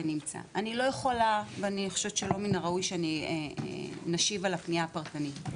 אני לא יכולה ולא מין הראוי שאני אשיב על הפנייה הפרטנית,